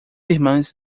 irmãs